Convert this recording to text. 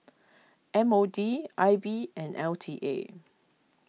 M O D I B and L T A